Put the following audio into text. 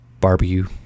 barbecue